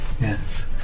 Yes